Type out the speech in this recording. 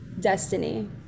Destiny